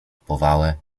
powałę